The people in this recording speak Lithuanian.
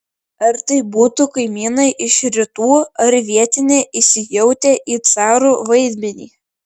ar tai būtų kaimynai iš rytų ar vietiniai įsijautę į carų vaidmenį